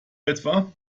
etwa